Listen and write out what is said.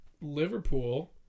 Liverpool